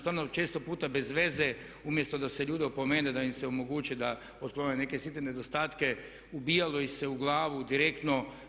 Stvarno često puta bezveze umjesto da se ljude opomene da im se omogući da otklone neke sitne nedostatke ubijalo ih se u glavu direktno.